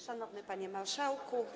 Szanowny Panie Marszałku!